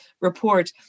report